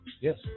Yes